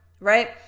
right